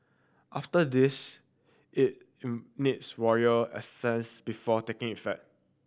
after this it needs royal before taking effect